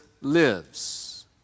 lives